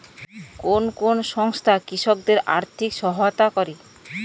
কোন কোন সংস্থা কৃষকদের আর্থিক সহায়তা করে?